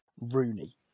Rooney